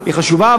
היא חשובה,